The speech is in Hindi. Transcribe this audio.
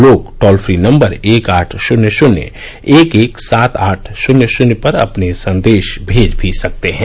लोग टोल फ्री नम्बर एक आठ शून्य शून्य एक एक सात आठ शून्य शून्य पर अपने संदेश भेज भी सकते हैं